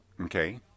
Okay